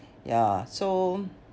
ya so